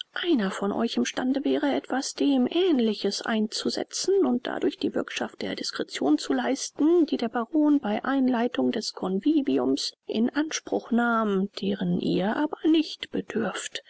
einer von euch im stande wäre etwas dem aehnliches einzusetzen und dadurch die bürgschaft der discretion zu leisten die der baron bei einleitung des conviviums in anspruch nahm deren ihr aber nicht bedürft